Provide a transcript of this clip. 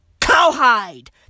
Cowhide